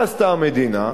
מה עשתה המדינה?